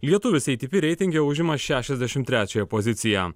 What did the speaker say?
lietuvis atp reitinge užima šešiasdešimt trečiąją poziciją